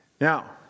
Now